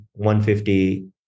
150